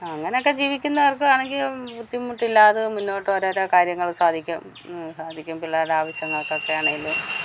അങ്ങനെയൊക്കെ ജീവിക്കുന്നവർക്ക് വേണമെങ്കിൽ ബുദ്ധിമുട്ടില്ലാതെ മുന്നോട്ട് ഓരോരൊ കാര്യങ്ങൾ സാധിക്കും സാധിക്കും പിള്ളേരുടെ ആവശ്യങ്ങൾക്കൊക്കെ ആണെങ്കിൽ